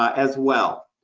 ah as well.